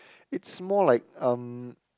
it's more like um